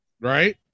Right